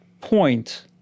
point